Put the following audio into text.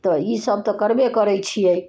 तऽ इसब तऽ करबे करे छियै